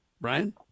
Brian